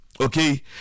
okay